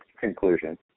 conclusion